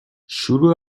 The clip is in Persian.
شروع